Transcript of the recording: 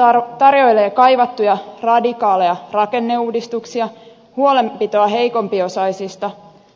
ohjelma tarjoilee kaivattuja radikaaleja rakenneuudistuksia huolenpitoa heikompiosaisista